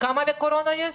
כמה לקורונה יש?